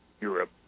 Europe